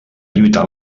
lluitar